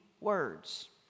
words